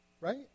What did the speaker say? right